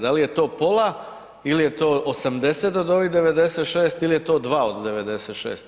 Da li je to pola ili je to 80 od ovih 96 ili je to 2 od 96?